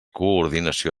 coordinació